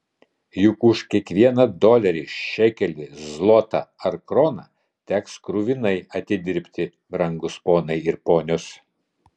juk už kiekvieną dolerį šekelį zlotą ar kroną teks kruvinai atidirbti brangūs ponai ir ponios